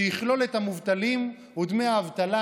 שיכלול את המובטלים ודמי אבטלה,